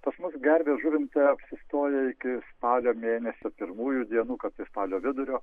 pas mus gervės žuvinte apsistoja iki spalio mėnesio pirmųjų dienų kartais spalio vidurio